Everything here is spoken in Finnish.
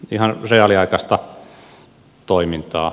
ihan reaaliaikaista toimintaa